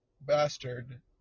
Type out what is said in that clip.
bastard